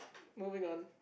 moving on